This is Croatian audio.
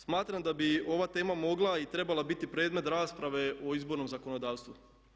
Smatram da bi ova tema mogla i trebala biti predmet rasprave o izbornom zakonodavstvu.